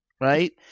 right